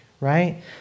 right